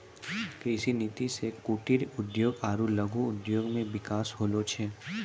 कृषि नीति से कुटिर उद्योग आरु लघु उद्योग मे बिकास होलो छै